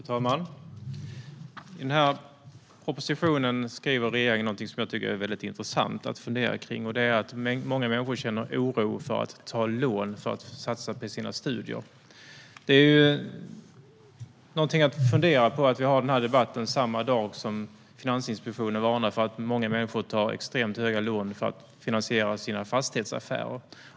Fru talman! I denna proposition skriver regeringen något som jag tycker är mycket intressant att fundera på, och det är att många människor känner oro för att ta lån för att satsa på studier. Vi har denna debatt samma dag som Finansinspektionen varnar för att många människor tar extremt höga lån för att finansiera sina fastighetsaffärer.